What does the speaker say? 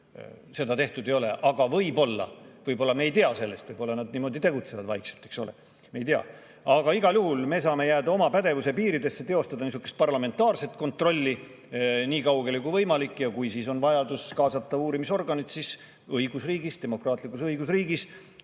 seda tehtud ei ole. Aga võib-olla me ei tea sellest, võib-olla nad tegutsevad vaikselt, eks ole, me ei tea. Aga igal juhul me [peame] jääma oma pädevuse piiridesse ja teostama parlamentaarset kontrolli nii kaugele kui võimalik. Ja kui on vajadus kaasata uurimisorganid, siis õigusriigis, demokraatlikus õigusriigis,